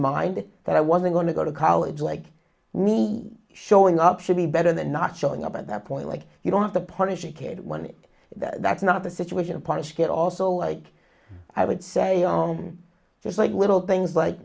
mind that i wasn't going to go to college like me showing up should be better than not showing up at that point like you don't have the punishing care when it that's not the situation punished it also like i would say own it's like little things like